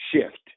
shift